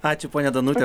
ačiū ponia danute